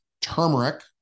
turmeric